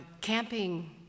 camping